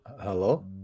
Hello